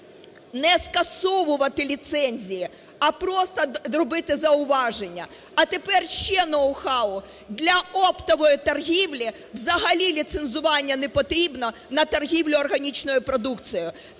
не скасовувати ліцензії, а просто робити зауваження. А тепер ще ноу-хау, для оптової торгівлі взагалі ліцензування не потрібно на торгівлю органічною продукцією.